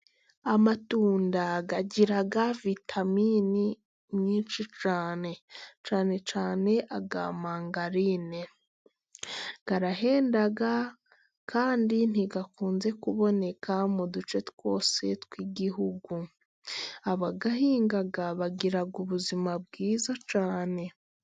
Amatunda agira vitaminini nyinshi cyane. Cyane cyane aya mangarine. Arahenda kandi ntakunze kuboneka mu duce twose tw'igihugu. Abayahinga bagira ubuzima bwiza cyane.